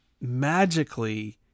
magically